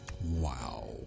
Wow